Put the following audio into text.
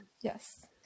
Yes